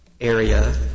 area